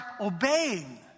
obeying